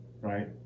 right